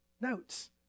notes